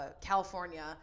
California